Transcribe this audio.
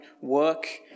work